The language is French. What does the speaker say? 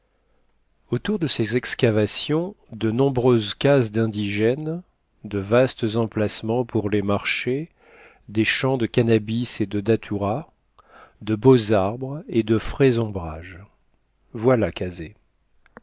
autour de ces excavations de nombreuses cases d'indigènes de vastes emplacements pour les marchés des champs de cannabis et de datura de beaux arbres et de frais ombrages voilà